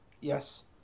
Yes